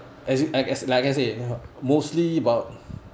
as in uh like I said uh mostly about